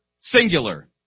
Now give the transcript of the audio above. singular